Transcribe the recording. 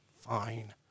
Fine